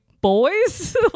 boys